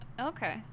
okay